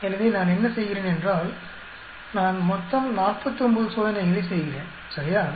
எனவே நான் என்ன செய்கிறேன் என்றால் நான் மமொத்தம் 49 சோதனைகளை செய்கிறேன் சரியா